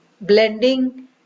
blending